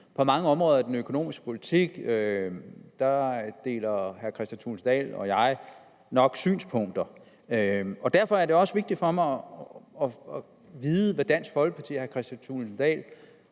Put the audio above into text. på mange områder af den økonomiske politik deler hr. Kristian Thulesen Dahl og jeg synspunkter. Derfor er det også vigtigt for mig at vide, hvad Dansk Folkeparti og hr. Kristian Thulesen Dahl